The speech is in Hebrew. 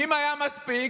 אם היו מספיק,